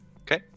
Okay